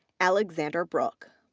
alexander brooke,